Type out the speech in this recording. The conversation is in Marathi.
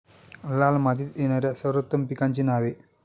लाल मातीत येणाऱ्या सर्वोत्तम पिकांची नावे?